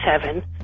seven